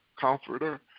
Comforter